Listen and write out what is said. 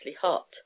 hot